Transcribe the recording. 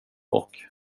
och